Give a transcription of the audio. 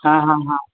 ಹಾಂ ಹಾಂ ಹಾಂ